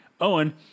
Owen